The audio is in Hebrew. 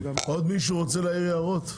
עוד מישהו רוצה להעיר הערות?